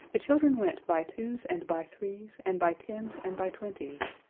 the children went by twos and by threes and by tens and by twenties,